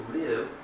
live